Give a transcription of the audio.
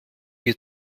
wir